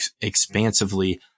expansively